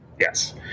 Yes